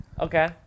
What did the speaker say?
Okay